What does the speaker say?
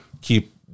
keep